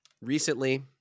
recently